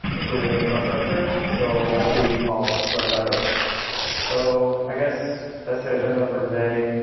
including infrastructure so let's see how well that goes so i guess, that's the agenda for today.